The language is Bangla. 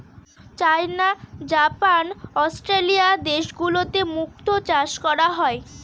চাইনা, জাপান, অস্ট্রেলিয়া দেশগুলোতে মুক্তো চাষ করা হয়